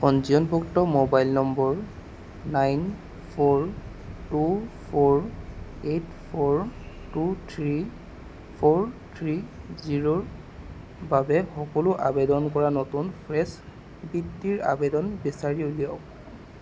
পঞ্জীয়নভুক্ত মোবাইল নম্বৰ nine four two four eight four two three four three জিৰ'ৰ বাবে সকলো আবেদন কৰা নতুন ফ্ৰেছ বৃত্তিৰ আবেদন বিচাৰি উলিয়াওক